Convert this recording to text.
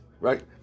right